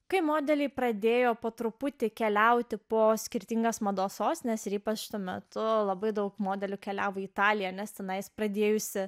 kai modeliai pradėjo po truputį keliauti po skirtingas mados sostines ir ypač tuo metu labai daug modelių keliavo į italiją nes tenais pradėjusi